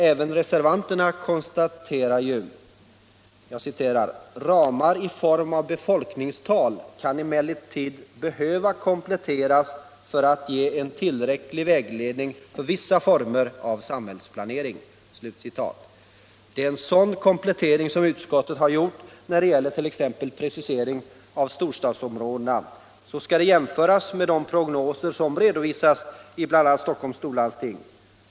Även reservanterna konstaterar: ”Ramar i form av befolkningstal kan emellertid behöva kompletteras för att ge en tillräcklig vägledning för vissa former av samhällsplanering.” Det är en sådan komplettering som utskottet har gjort. Preciseringen av storstadsområdena skall t.ex. jämföras med de prognoser som har redovisats i bl.a. Stockholms storlandsting.